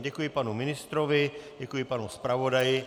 Děkuji panu ministrovi, děkuji panu zpravodaji.